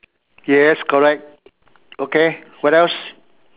yes correct okay what else